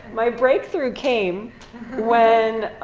my breakthrough came when